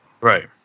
Right